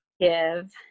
give